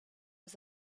was